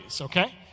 okay